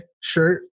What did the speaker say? shirt